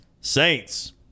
Saints